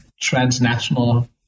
transnational